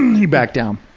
he backed down.